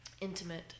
intimate